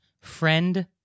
friend